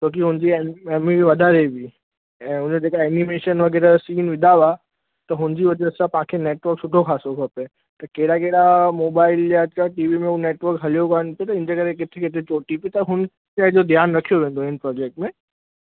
छो की हुनजी एम वी बी वधारे हुई ऐं उन जेका एनीमेशन वग़ैरह सीन विधा हुआ त हुनजी वज़ह सां पांखे नेटवर्क सुठो खासो खपे त कहिड़ा कहिड़ा मोबाइल जा छा टीवी में हू नेटवर्क हलियो कोन्ह छो त हिनजे करे किथे किथे चोटी पियो त हुन शइ जो ध्यानु रखियो वेंदो हिन प्रॉजेक्ट में